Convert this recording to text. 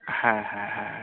হ্যাঁ হ্যাঁ হ্যাঁ হ্যাঁ